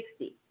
60